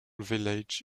village